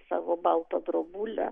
savo baltą drobulę